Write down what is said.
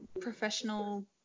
professional